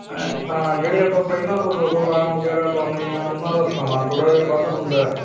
ਜਿਹੜੇ ਆਪਾਂ ਪਹਿਲਾਂ ਤੋਂ ਦੋ ਸੌ ਬਾਰਾਂ ਵਗੈਰਾ ਲਾਉਂਦੇ ਹਾਂ ਉਹਨਾਂ ਦਾ ਸਮਾਂ ਥੋੜ੍ਹਾ ਜਿਹਾ ਵੱਧ ਹੁੰਦਾ